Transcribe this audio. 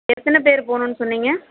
எத்தனை பேர் போகணுன்னு சொன்னீங்க